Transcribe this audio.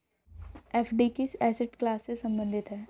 FD किस asset class से संबंधित है?